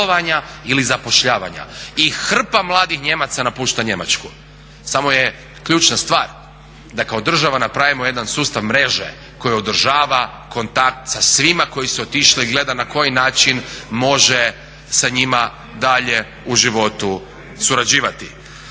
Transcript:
I hrpa mladih Nijemaca napušta Njemačku samo je ključna stvar da kao država napravimo jedan sustav mreže koji održava kontakt sa svima koji su otišli i gleda na koji način može sa njima dalje u životu surađivati.